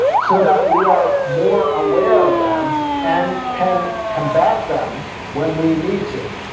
so that we are more aware of them and can combat them when we need to,